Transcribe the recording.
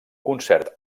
concert